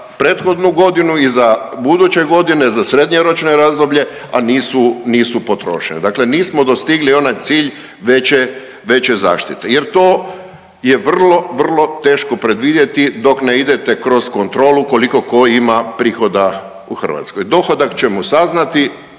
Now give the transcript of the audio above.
prethodnu godinu i za buduće godine za srednjoročno razdoblje, a nisu potrošene. Dakle, nismo dostigli onaj cilj veće zaštite jer to je vrlo, vrlo teško predvidjeti dok ne idete kroz kontrolu koliko ima prihoda u Hrvatskoj. Dohodak ćemo saznati,